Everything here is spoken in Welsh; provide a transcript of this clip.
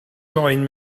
moyn